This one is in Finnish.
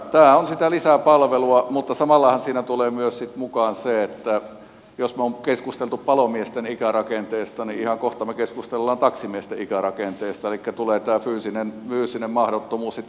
tämä on sitä lisäpalvelua mutta samallahan siinä tulee sitten mukaan myös se että jos me olemme keskustelleet palomiesten ikärakenteesta niin ihan kohta me keskustelemme taksimiesten ikärakenteesta elikkä tulee tämä fyysinen mahdottomuus sitten hoitaa